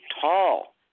tall